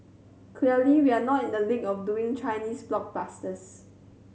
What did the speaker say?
clearly we're not in the league of doing Chinese blockbusters